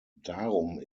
darum